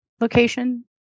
location